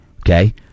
Okay